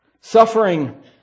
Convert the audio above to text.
Suffering